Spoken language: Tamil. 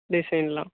டிசைன்லாம்